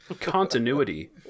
continuity